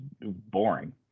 boring